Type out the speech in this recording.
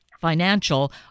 financial